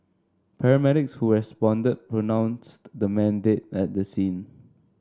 paramedics who responded pronounced the man dead at the scene